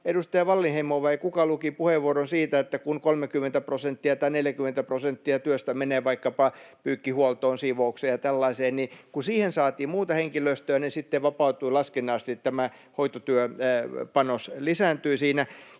edustaja Wallinheimo vai kuka, joka luki puheenvuoron siitä, että 30 prosenttia tai 40 prosenttia työstä menee vaikkapa pyykkihuoltoon, siivoukseen ja tällaiseen. Kun siihen saatiin muuta henkilöstöä, niin sitten vapautui ja laskennallisesti hoitotyöpanos lisääntyi siinä.